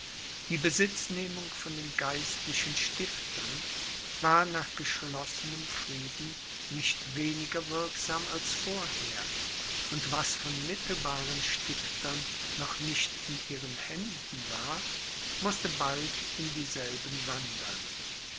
die besitznehmung von den geistlichen stiftern war nach geschlossenem frieden nicht weniger wirksam als vorher und was von mittelbaren stiftern noch nicht in ihren händen war mußte bald in dieselben wandern